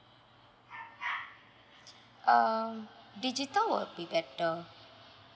uh digital will be better